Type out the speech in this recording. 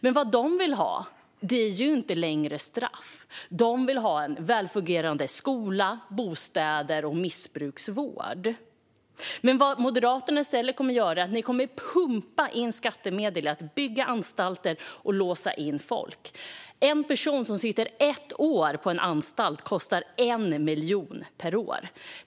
Men vad de vill ha är inte längre straff utan en välfungerande skola, bostäder och missbruksvård. Men i stället kommer Moderaterna att pumpa in skattemedel till att bygga anstalter och låsa in folk. En person som sitter på anstalt kostar 1 miljon per år.